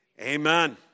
amen